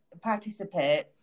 participate